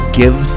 give